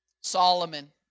Solomon